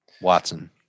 Watson